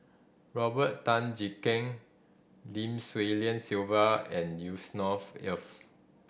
Robert Tan Jee Keng Lim Swee Lian Sylvia and Yusnor Ef